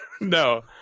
No